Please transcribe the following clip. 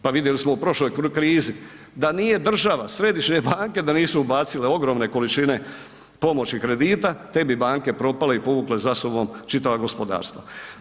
Pa vidjeli smo u prošloj krizi da nije država središnje banke da nisu ubacile ogromne količine pomoći kredita te bi banke propale i povukle za sobom čitava gospodarstva.